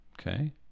Okay